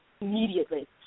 immediately